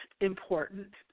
important